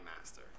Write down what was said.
master